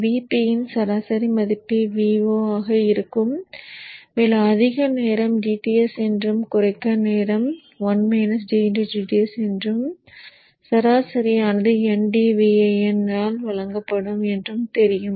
Vp இன் சராசரி மதிப்பு Vo ஆக இருக்கும் மேலும் அதிக நேரம் dTs என்றும் குறைந்த நேரம் 1 - dTs என்றும் சராசரியானது ndVin ஆல் வழங்கப்படும் என்றும் தெரியும்